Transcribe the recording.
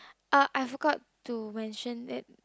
ah I forgot to mention that